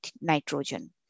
nitrogen